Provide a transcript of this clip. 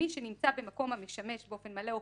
מי שנמצא במקום המשמש באופן מלא או